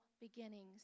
beginnings